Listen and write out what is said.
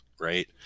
right